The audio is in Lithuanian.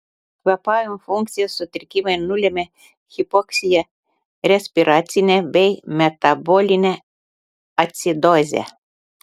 kvėpavimo funkcijos sutrikimai nulemia hipoksiją respiracinę bei metabolinę acidozę